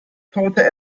torte